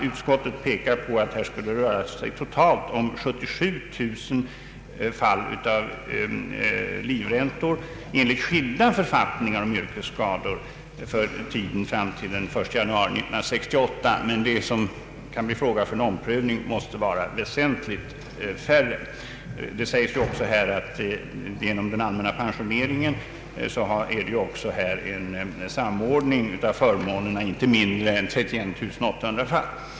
Utskottet säger att det här skulle röra sig om totalt 77 000 fall av livräntor enligt skilda författningar om yrkesskador för tiden fram till den 1 januari 1968, men de fall som kan komma i fråga för en omprövning måste vara väsentligt färre. Det sägs också i utlåtandet att den allmänna pensioneringen inneburit en samordning av förmånerna i inte mindre än 31 800 fall.